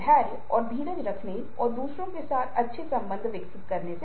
अब ये ऐसे स्थान हैं जहाँ आप पाते हैं कि अशाब्दिक संचार संचार का प्रबंधन करता है